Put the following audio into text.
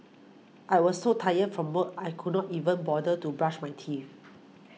I was so tired from work I could not even bother to brush my teeth